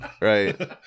right